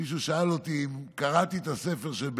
מישהו שאל אותי אם קראתי את הספר של בנט.